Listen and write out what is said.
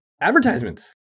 advertisements